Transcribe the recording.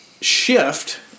shift